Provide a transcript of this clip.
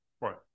right